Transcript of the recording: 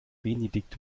benedikt